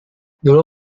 dulu